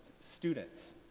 students